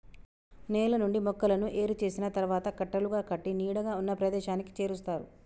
నేల నుండి మొక్కలను ఏరు చేసిన తరువాత కట్టలుగా కట్టి నీడగా ఉన్న ప్రదేశానికి చేరుస్తారు